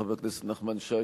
חבר הכנסת נחמן שי,